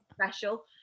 special